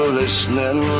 listening